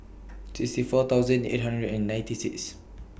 sixty four thousand eight hundred and ninety six